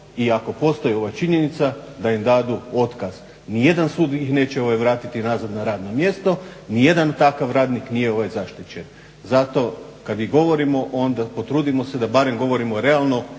i ako postoji ova činjenica da im dadu otkaz. Nijedan sud ih neće vratiti nazad na radno mjesto, nijedan takav radnik nije zaštićen. Zato kad govorimo onda potrudimo se da barem govorimo realno